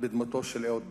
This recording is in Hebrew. בדמותו של אהוד ברק.